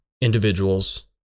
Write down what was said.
individuals